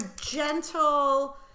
gentle